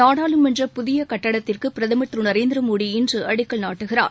நாடாளுமன்ற புதிய கட்டடத்திற்கு பிரதமர் திரு நரேந்திர மோடி இன்று அடிக்கல் நாட்டுகிறார்